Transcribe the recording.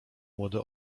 młode